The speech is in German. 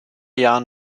jahren